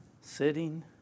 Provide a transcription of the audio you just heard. sitting